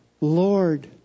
Lord